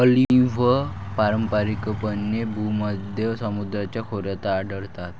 olive पारंपारिकपणे भूमध्य समुद्राच्या खोऱ्यात आढळतात